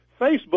Facebook